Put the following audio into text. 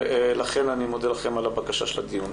לכן אני מודה לכם על הבקשה של הדיון.